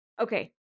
Okay